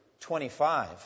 25